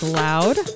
loud